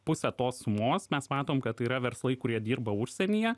pusę tos sumos mes matom kad yra verslai kurie dirba užsienyje